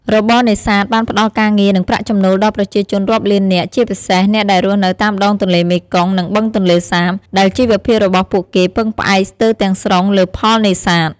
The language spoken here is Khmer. របរនេសាទបានផ្ដល់ការងារ និងប្រាក់ចំណូលដល់ប្រជាជនរាប់លាននាក់ ជាពិសេសអ្នកដែលរស់នៅតាមដងទន្លេមេគង្គ និងបឹងទន្លេសាប ដែលជីវភាពរបស់ពួកគេពឹងផ្អែកស្ទើរទាំងស្រុងលើផលនេសាទ។